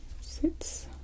sits